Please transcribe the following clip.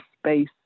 space